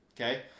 Okay